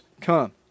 come